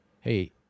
hey